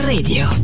Radio